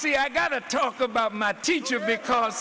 see i got to talk about my teacher because